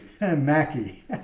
Mackie